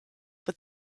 but